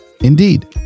indeed